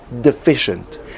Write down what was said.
deficient